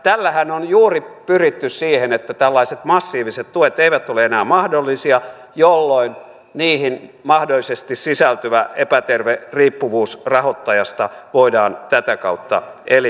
tällähän on juuri pyritty siihen että tällaiset massiiviset tuet eivät ole enää mahdollisia jolloin niihin mahdollisesti sisältyvä epäterve riippuvuus rahoittajasta voidaan tätä kautta eliminoida